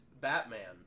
Batman